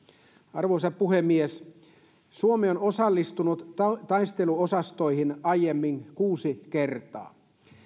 arvoisa puhemies suomi on osallistunut taisteluosastoihin aiemmin kuusi kertaa